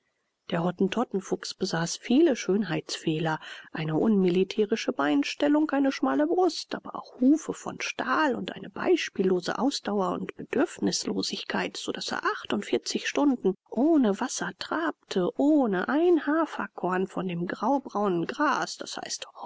der hottentottenfuchs besaß viele schönheitsfehler eine unmilitärische beinstellung eine schmale brust aber auch hufe von stahl und eine beispiellose ausdauer und bedürfnislosigkeit so daß er achtundvierzig stunden ohne wasser trabte ohne ein haferkorn von dem graubraunen gras d i